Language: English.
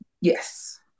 Yes